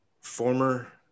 former